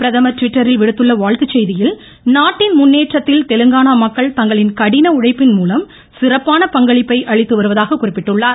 பிரதமர் ட்விட்டரில் விடுத்துள்ள வாழ்த்துச் செய்தியில் நாட்டின் முன்னேற்றத்தில் தெலுங்கானா மக்கள் தங்களின் கடின உழைப்பின்மூலம் சிறப்பான பங்களிப்பை அளித்து வருவதாக குறிப்பிட்டுள்ளார்